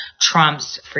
Trump's